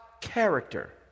character